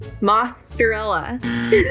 Mozzarella